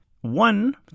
one